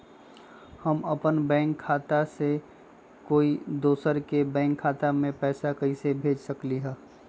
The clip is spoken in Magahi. हम अपन बैंक खाता से कोई दोसर के बैंक खाता में पैसा कैसे भेज सकली ह?